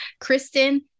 Kristen